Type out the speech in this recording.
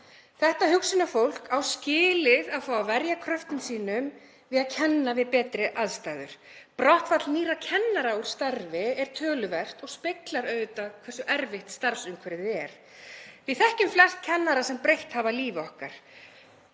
Þetta hugsjónafólk á skilið að fá að verja kröftum sínum við að kenna við betri aðstæður. Brottfall nýrra kennara úr starfi er töluvert og speglar auðvitað hversu erfitt starfsumhverfið er. Við þekkjum flest kennara sem breytt hafa lífi okkar.